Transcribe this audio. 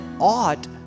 ought